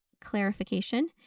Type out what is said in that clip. clarification